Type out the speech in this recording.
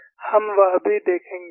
हम वह भी देखेंगे